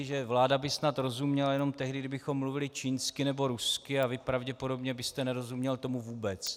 Že vláda by snad rozuměla jen tehdy, kdybychom mluvili čínsky nebo rusky, a vy pravděpodobně byste tomu nerozuměl vůbec.